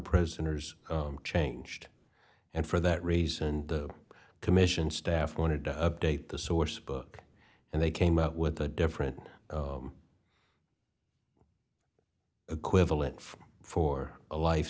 prisoners changed and for that reason the commission staff wanted to update the sourcebook and they came up with a different equivalent for a life